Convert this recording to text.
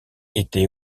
été